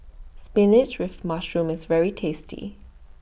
Spinach with Mushroom IS very tasty